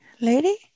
lady